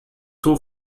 two